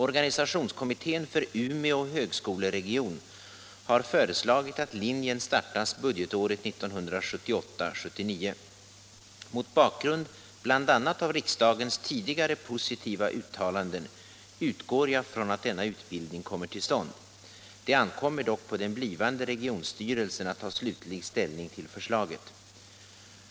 Organisationskommittén för Umeå högskoleregion har föreslagit att linjen startas budgetåret 1978/79. Mot bakgrund bl.a. av riksdagens tidigare positiva uttalanden utgår jag från att denna utbildning kommer till stånd. Det ankommer dock på den blivande regionstyrelsen att ta slutlig ställning till förslaget.